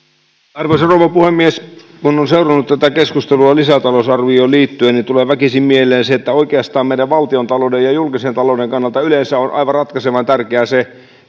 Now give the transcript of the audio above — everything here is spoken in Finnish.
arvoisa rouva puhemies kun on seurannut tätä keskustelua lisätalousarvioon liittyen niin tulee väkisin mieleen se että oikeastaan valtiontalouden ja julkisen talouden kannalta yleensä on aivan ratkaisevan tärkeää se